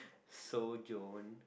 sojourn